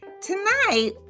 Tonight